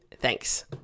Thanks